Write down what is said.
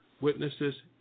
witnesses